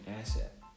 asset